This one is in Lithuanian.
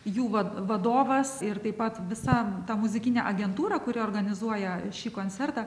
jų va vadovas ir taip pat visa ta muzikinė agentūra kuri organizuoja šį koncertą